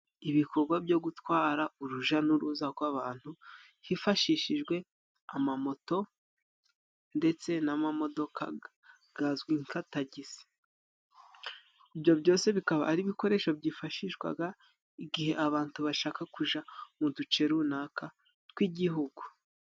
Ibikorwa byo gutwara uruja n'uruza rw'abantu hifashishijwe amamoto ndetse n'amamodoka gazwi nka Tagisi ibyo byose bikaba aribyo byifashishwaga igihe abantu bashaka kujya mu duce runaka tw'igihugu.